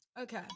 okay